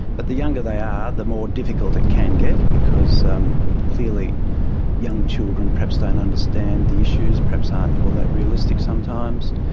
but the younger they are the more difficult it can get because um clearly young children perhaps don't understand the issues, perhaps aren't that realistic sometimes,